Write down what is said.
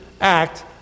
act